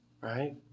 Right